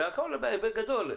בגדול.